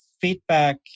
feedback